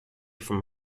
from